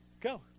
go